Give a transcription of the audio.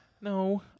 No